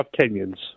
Kenyans